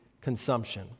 consumption